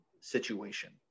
situation